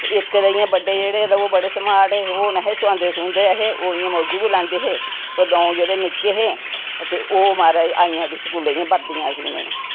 इक ते इ'यां बड़े जेह्डे़ ऐ ओह् बडे स्मार्ट हे ओह् नेईं हे सनांदे सनूंदे ऐ हे ओह् इ'यां मौजू लैंदे हे पर द'ऊं जेहडे़ निक्के हे ते ओह् माराज आई गेइयां स्कूले दियां बर्दियां सीने ई